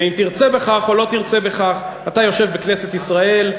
ואם תרצה בכך או לא תרצה בכך אתה יושב בכנסת ישראל,